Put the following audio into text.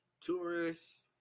tourists